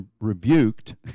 rebuked